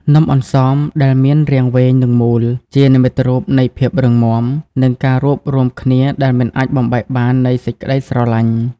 នំអន្សម ដែលមានរាងវែង និងមូល ជានិមិត្តរូបនៃភាពរឹងមាំ និងការរួបរួមគ្នាដែលមិនអាចបំបែកបាននៃសេចក្ដីស្រឡាញ់។